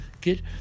get